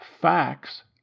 facts